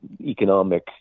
economic